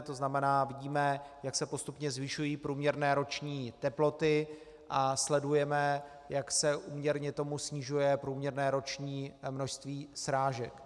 To znamená, vidíme, jak se postupně zvyšují průměrné roční teploty, a sledujeme, jak se úměrně tomu snižuje průměrné roční množství srážek.